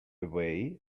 away